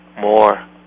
more